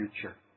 future